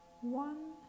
one